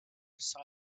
saw